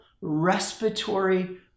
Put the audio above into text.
respiratory